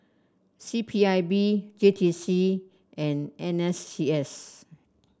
C P I B J T C and N S C S